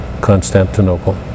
Constantinople